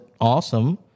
awesome